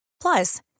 Plus